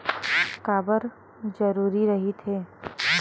का बार जरूरी रहि थे?